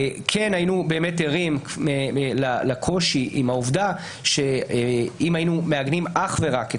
היינו ערים לקושי עם העובדה שאם היינו מעגנים אך ורק את